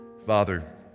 Father